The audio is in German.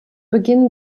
beginn